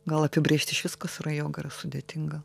gal apibrėžt išvis kas yra joga yra sudėtinga